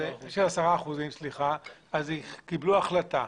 אז קיבלו החלטה.